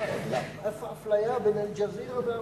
למה האפליה בין "אל-ג'זירה" וערוץ-2?